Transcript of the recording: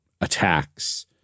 attacks